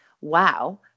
wow